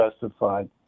justified